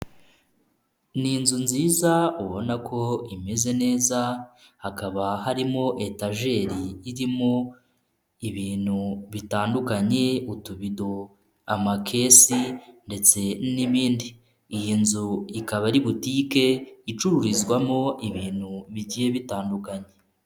Ni inzu nziza ubona ko imeze neza hakaba harimo etajeri irimo ibintu bitandukanye, utubido, amakesi ndetse n'ibindi, iyi nzu ikaba ari butike icururizwamo ibintu bigiye bitandukanye.